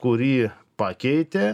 kurį pakeitė